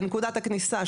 בנקודת הכניסה,